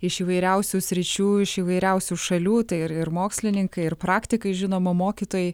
iš įvairiausių sričių iš įvairiausių šalių tai ir ir mokslininkai ir praktikai žinoma mokytojai